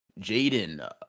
Jaden